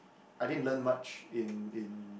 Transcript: I didn't learn much in in